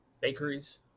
bakeries